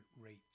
rates